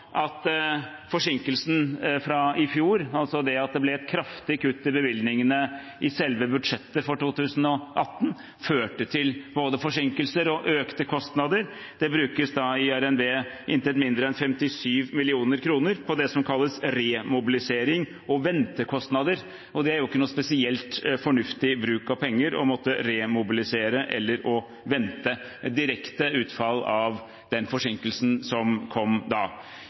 det at det ble et kraftig kutt i bevilgningene i selve budsjettet for 2018, førte til både forsinkelser og økte kostnader. Det brukes da i RNB intet mindre enn 57 mill. kr på det som kalles remobilisering og ventekostnader, og det er ikke en spesielt fornuftig bruk av penger å måtte remobilisere eller vente. Det er et direkte utfall av den forsinkelsen som kom da.